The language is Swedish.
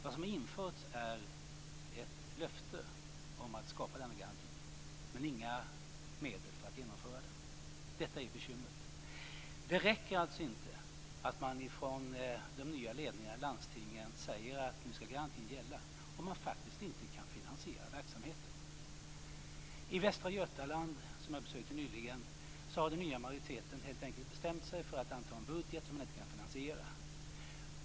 Vad som har införts är ett löfte om att skapa denna garanti, men det finns inga medel för att genomföra den. Detta är bekymret. Det räcker alltså inte att de nya ledningarna i landstingen säger att nu skall garantin gälla om man faktiskt inte kan finansiera verksamheten. I västra Götaland, som jag besökte nyligen, har den nya majoriteten helt enkelt bestämt sig för att anta en budget som man inte kan finansiera.